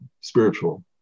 spiritual